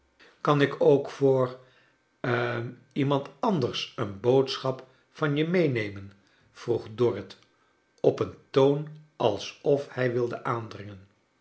kan ik ook voor hm iemand anders een boodschap van je meenemen vroeg dorrit op een toon alsof hij wilde aandringen